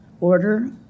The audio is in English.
order